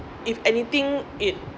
if anything it